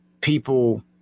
people